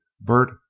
Bert